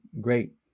great